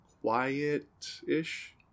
quiet-ish